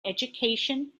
education